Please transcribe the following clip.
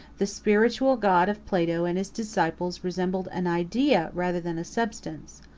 the spiritual god of plato and his disciples resembled an idea, rather than a substance.